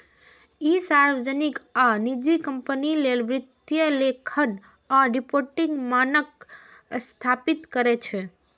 ई सार्वजनिक आ निजी कंपनी लेल वित्तीय लेखांकन आ रिपोर्टिंग मानक स्थापित करै छै